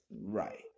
Right